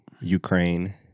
Ukraine